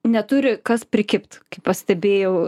neturi kas prikibt kaip pastebėjau